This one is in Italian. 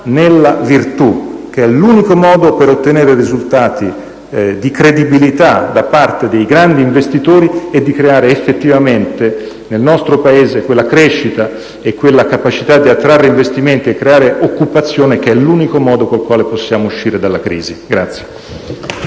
nella virtù, che è l'unico modo per ottenere risultati di credibilità per i grandi investitori e per creare effettivamente, nel nostro Paese, quella crescita e quella capacità di attrarre investimenti e generare occupazione che rappresentano l'unico modo per uscire dalla crisi.